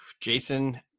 Jason